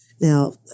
now